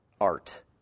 art